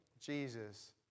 Jesus